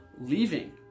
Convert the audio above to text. leaving